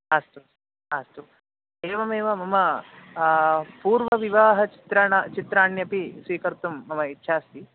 अस्तु अस्तु एवमेव मम पूर्वविवाहचित्राणि चित्राण्यपि स्वीकर्तुं मम इच्छा अस्ति